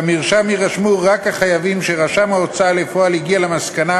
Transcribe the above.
במרשם יירשמו רק החייבים שרשם ההוצאה לפועל הגיע למסקנה